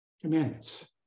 Commandments